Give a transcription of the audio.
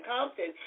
Compton